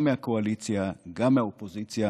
גם מהקואליציה גם מהאופוזיציה,